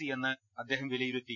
സിയെന്ന് അദ്ദേഹം വിലയിരുത്തി